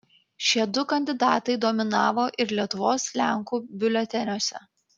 šie du kandidatai dominavo ir lietuvos lenkų biuleteniuose